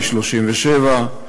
מ-1937,